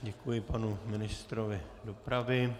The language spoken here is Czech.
Děkuji panu ministrovi dopravy.